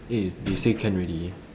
eh they say can ready